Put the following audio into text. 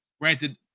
granted